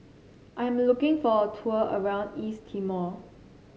I am looking for a tour around East Timor